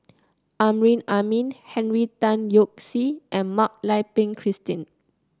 Amrin Amin Henry Tan Yoke See and Mak Lai Peng Christine